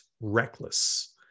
reckless